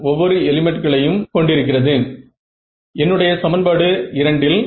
converging நடப்பதற்கான அறிகுறிகளை அது காண்பிக்க வில்லை